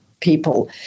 people